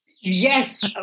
Yes